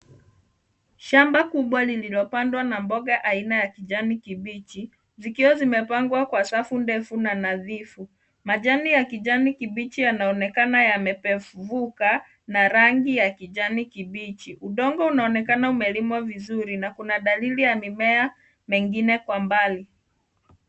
Shamba kubwa lililpandwa na mboga aina ya kijani kibichi zikiwa zimepangwa kwa safu ndefu na nadhifu. Majani ya kijani kibichi yanaonekana yamepevuka na rangi ya kijani kibichi. Udono unaonekana umelimwa vizuri na kuna dalili ya mimea mengine kwa mbali.